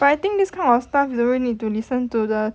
but I think this kind of stuff do you need to listen to the